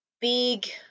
big